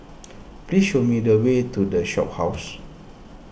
please show me the way to the Shophouse